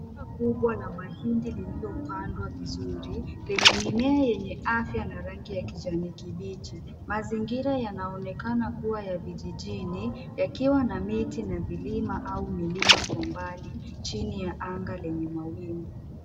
Shamba kubwa la mahindi lililopandwa vizuri lenye mimea yenye afya na rangi ya kijani kibichi. Mazingira yanaonekana kuwa ya vijijini yakiwa na miti na vilima au milima kwa mbali chini ya anga lenye mawingu.